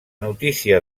notícia